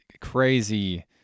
crazy